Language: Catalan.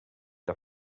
que